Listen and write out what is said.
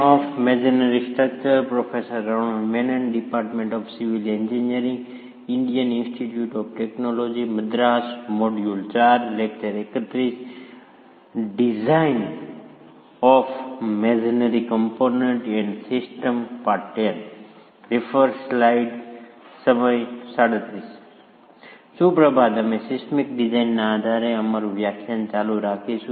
design of masonry component and system part X સુપ્રભાત અમે સિસ્મિકડિઝાઇનના આધારે અમારું વ્યાખ્યાન ચાલુ રાખીશું